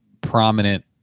prominent